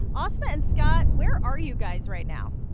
and asma and scott, where are you guys right now?